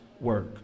work